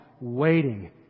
waiting